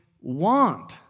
want